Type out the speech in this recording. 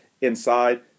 inside